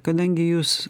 kadangi jūs